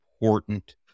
important